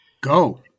Go